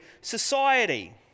society